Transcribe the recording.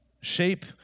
shape